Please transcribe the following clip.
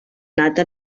nata